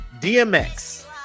DMX